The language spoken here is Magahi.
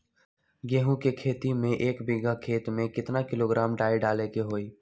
गेहूं के खेती में एक बीघा खेत में केतना किलोग्राम डाई डाले के होई?